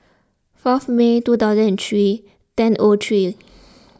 fourth May two thousand and three ten O three